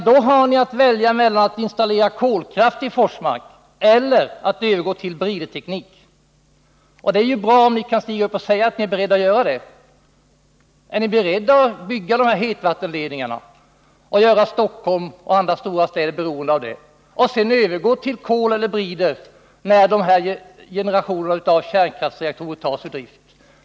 Då har ni att välja mellan att installera kolkraft i Forsmark eller att övergå till briderteknik. Det vore bra om ni kunde ställa er upp och säga om ni är beredda att göra det. Är ni beredda att bygga dessa hetvattenledningar och göra Stockholm och andra stora städer beroende av dem och sedan övergå till kol eller brider när denna generation av kärnkraftsreaktorer tas ur drift?